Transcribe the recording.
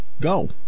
go